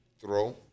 throw